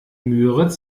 müritz